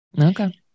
Okay